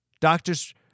Doctors